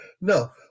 No